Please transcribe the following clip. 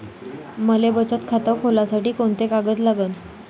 मले बचत खातं खोलासाठी कोंते कागद लागन?